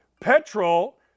petrol